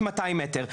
מטר,